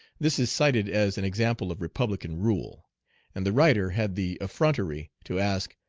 this is cited as an example of republican rule and the writer had the effrontery to ask,